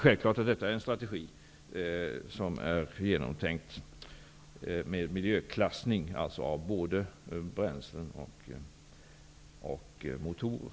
Självfallet är detta en strategi som är genomtänkt, miljöklassning av både bränsle och motorer.